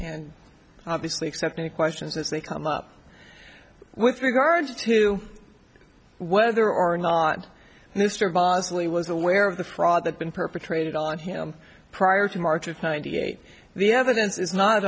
and obviously accept any questions as they come up with regard to whether or not mr bosley was aware of the fraud that been perpetrated on him prior to march of ninety eight the evidence is not